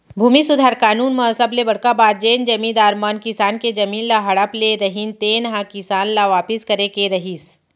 भूमि सुधार कानून म सबले बड़का बात जेन जमींदार मन किसान के जमीन ल हड़प ले रहिन तेन ह किसान ल वापिस करे के रहिस